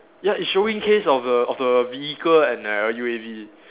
ya it's showing case of the of the vehicle and the U_A_V